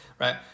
Right